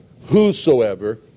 whosoever